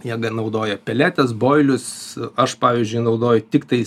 jie gal naudoja peletes boilius aš pavyzdžiui naudoju tiktais